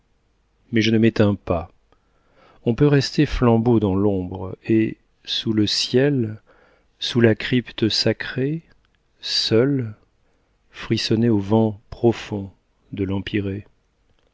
mais je ne m'éteins pas on peut rester flambeau dans l'ombre et sous le ciel sous la crypte sacrée seul frissonner au vent profond de